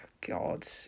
God